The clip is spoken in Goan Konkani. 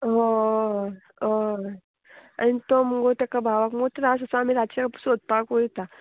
ओय ओय आनी तो मुगो ताका भावाक मुगो त्रास आसा आमी रातचे सोदपाक वयता